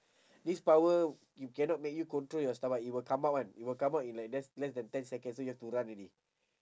this power you cannot make you control your stomach it will come out [one] it will come out in like less less then ten seconds so you have to run already